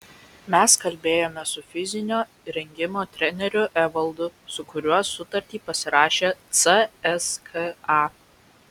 mes kalbėjome su fizinio rengimo treneriu evaldu su kuriuo sutartį pasirašė cska